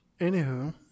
Anywho